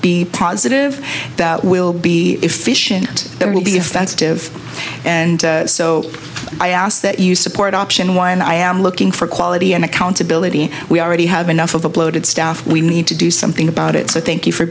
be positive that will be efficient that will be offensive and so i ask that you support option one i am looking for quality and accountability we already have enough of the bloated staff we need to do something about it so thank you for